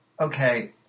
Okay